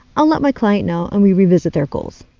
i'll let my client know and we revisit their goals.